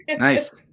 Nice